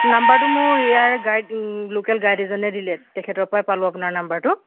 নাম্বাৰটো মোৰ ইয়াৰ গাইড লোকেল গাইড এজনে দিলে তেখেতৰ পৰাই পালোঁ আপোনাৰ নাম্বাৰটো